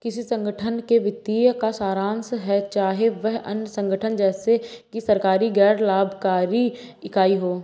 किसी संगठन के वित्तीय का सारांश है चाहे वह अन्य संगठन जैसे कि सरकारी गैर लाभकारी इकाई हो